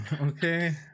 okay